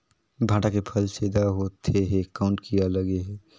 भांटा के फल छेदा होत हे कौन कीरा लगे हे?